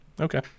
Okay